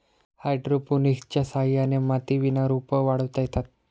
हायड्रोपोनिक्सच्या सहाय्याने मातीविना रोपं वाढवता येतात